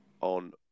on